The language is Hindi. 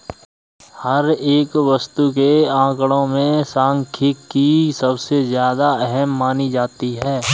हर एक वस्तु के आंकडों में सांख्यिकी सबसे ज्यादा अहम मानी जाती है